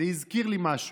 זה הזכיר לי משהו.